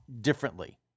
differently